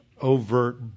overt